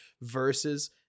Versus